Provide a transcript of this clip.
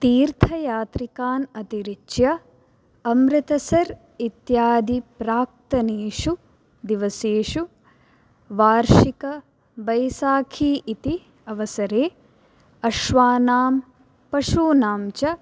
तीर्थयात्रिकान् अतिरिच्य अमृतसर् इत्यादि प्राक्तनेषु दिवसेषु वार्षिक बैसाखी इति अवसरे अश्वानां पशूनां च